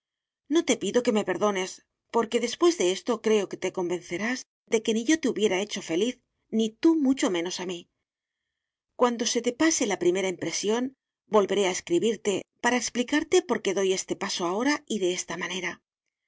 no te pido que me perdones porque después de esto creo que te convencerás de que ni yo te hubiera hecho feliz ni tú mucho menos a mí cuando se te pase la primera impresión volveré a escribirte para explicarte por qué doy este paso ahora y de esta manera